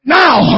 now